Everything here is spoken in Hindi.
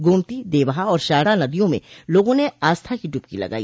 गोमती देवहा और शारदा नदियों में लोगों ने आस्था की डुबकी लगाई